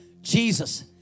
Jesus